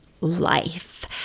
life